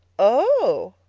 oh!